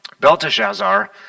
Belteshazzar